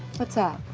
what's up?